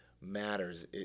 matters